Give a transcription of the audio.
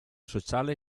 sociale